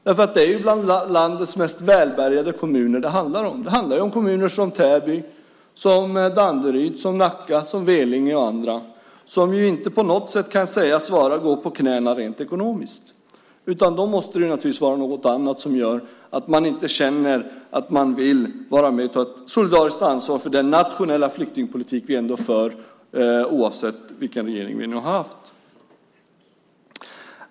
Det är landets mest välbärgade kommuner det handlar om. Det handlar om kommuner som Täby, Danderyd, Nacka, Vellinge och andra som inte på något sätt kan sägas gå på knäna rent ekonomiskt. Då måste det naturligtvis vara något annat som gör att man inte känner att man vill vara med och ta ett solidariskt ansvar för den nationella flyktingpolitik som vi ändå för oavsett vilken regering vi har haft.